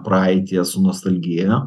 praeities nostalgiją